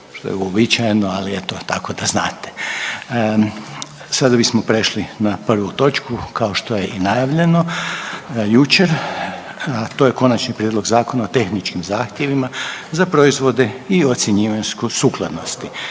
što je uobičajeno, ali eto, tako da znate. Sada bismo prešli na prvu točku, kao što je i najavljeno jučer. To je: - Konačni prijedlog Zakona o tehničkim zahtjevima za proizvode i ocjenjivanju sukladnosti,